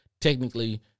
Technically